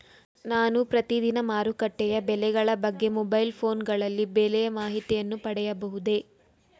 ನಾನು ಪ್ರತಿದಿನ ಮಾರುಕಟ್ಟೆಯ ಬೆಲೆಗಳ ಬಗ್ಗೆ ಮೊಬೈಲ್ ಫೋನ್ ಗಳಲ್ಲಿ ಬೆಲೆಯ ಮಾಹಿತಿಯನ್ನು ಪಡೆಯಬಹುದೇ?